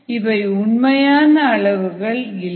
இவை உண்மையான அளவுகள் இல்லை